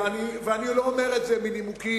ואני לא אומר את זה מנימוקים